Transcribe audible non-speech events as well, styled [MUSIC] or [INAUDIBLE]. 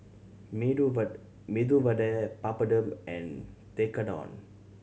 Medu [UNINTELLIGIBLE] Medu Vada Papadum and Tekkadon